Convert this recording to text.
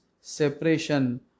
separation